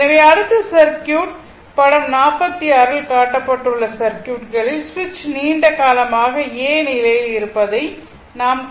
எனவே அடுத்து சர்க்யூட் படம் 46 இல் காட்டப்பட்டுள்ள சர்க்யூட் களில் சுவிட்ச் நீண்ட காலமாக A நிலையில் இருப்பதை நாம் காணலாம்